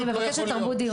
אני מבקשת תרבות דיון.